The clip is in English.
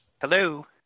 Hello